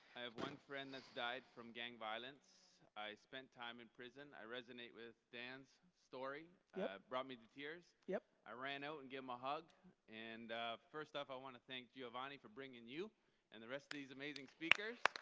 i have one friend that's died from gang violence. i spent time in prison. i resonate with dan's story. it brought me to tears. yep. i ran out and gave him a hug and first up i wanna thank giovanni for bringing you and the rest of these amazing speakers.